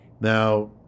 Now